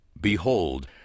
Behold